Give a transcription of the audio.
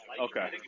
Okay